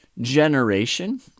generation